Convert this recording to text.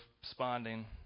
responding